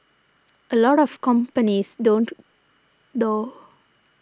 a lot of companies don't though